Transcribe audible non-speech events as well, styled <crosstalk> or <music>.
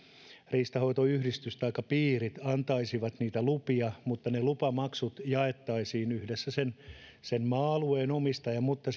riistanhoitoyhdistys taikka piirit antaisivat niitä lupia mutta ne lupamaksut jaettaisiin yhdessä maa alueen omistajan mutta <unintelligible>